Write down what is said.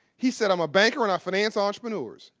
he said, i'm a banker, and i finance entrepreneurs.